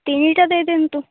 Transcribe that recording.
ତିନିଟା ଦେଇ ଦିଅନ୍ତୁ